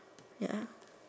ya